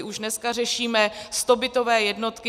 Už dneska řešíme stobytové jednotky.